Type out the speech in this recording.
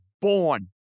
born